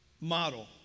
model